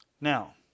Now